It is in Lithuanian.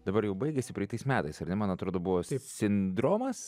dabar jau baigėsi praeitais metais ar ne man atrodo buvo taip sindromas